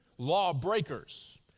lawbreakers